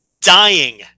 Dying